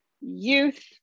youth